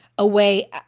away